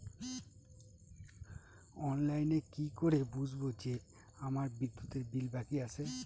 অনলাইনে কি করে বুঝবো যে আমার বিদ্যুতের বিল বাকি আছে?